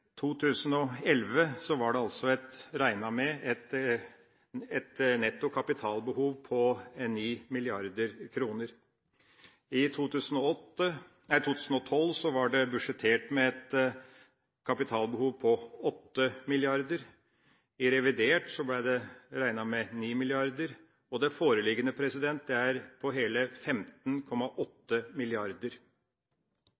2011 var det regnet med et netto kapitalbehov på 9 mrd. kr. I 2012 var det budsjettert med et kapitalbehov på 8 mrd. kr. I revidert budsjett ble det regnet med 9 mrd. kr, og det foreliggende kapitalbehovet er på hele